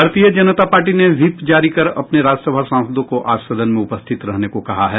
भारतीय जनता पार्टी ने व्हपि जारी कर अपने राज्यसभा सांसदों को आज सदन में उपस्थित रहने को कहा है